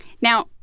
Now